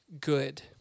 good